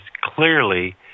clearly